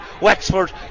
Wexford